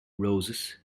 roses